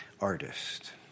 artist